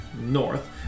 north